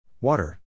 water